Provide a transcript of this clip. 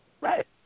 Right